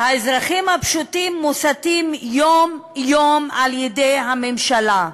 האזרחים הפשוטים מוסתים יום-יום על-ידי הממשלה.